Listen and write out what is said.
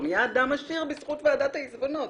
הוא מעשיר בזכות ועדת העיזבונות.